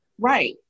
Right